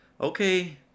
okay